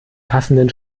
passenden